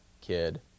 kid